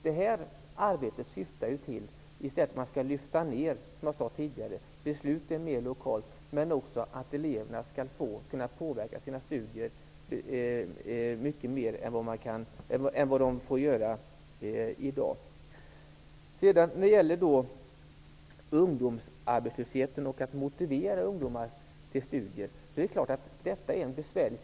Detta arbete syftar ju dels till att lyfta ned besluten på ett lokalt plan, dels till att ge eleverna möjlighet att påverka sina studier mer än vad de kan göra i dag. När det gäller ungdomsarbetslösheten och att kunna motivera ungdomar till studier vill jag säga att situationen naturligtvis är besvärlig.